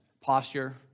posture